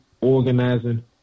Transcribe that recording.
organizing